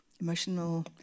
emotional